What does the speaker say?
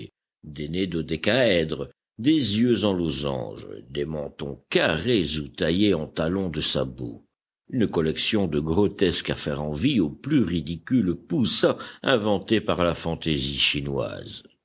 dodécaèdres des yeux en losange des mentons carrés ou taillés en talon de sabot une collection de grotesques à faire envie aux plus ridicules poussahs inventés par la fantaisie chinoise